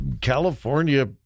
California